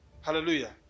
Hallelujah